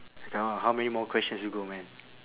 wait ah how many more questions you got man